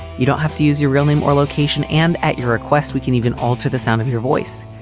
you don't have to use your real name or location, and at your request we can even alter the sound of your voice.